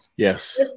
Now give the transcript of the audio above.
Yes